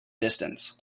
distance